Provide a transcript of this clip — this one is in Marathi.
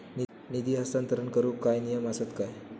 निधी हस्तांतरण करूक काय नियम असतत काय?